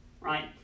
Right